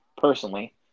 Personally